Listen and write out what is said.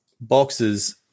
boxes